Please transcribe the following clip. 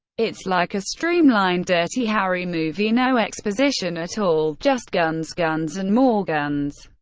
it's like a streamlined dirty harry movie no exposition at all just guns, guns and more guns.